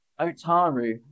Otaru